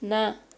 ନା